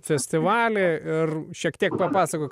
festivalį ir šiek tiek papasakok